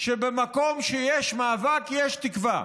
שבמקום שיש מאבק, יש תקווה.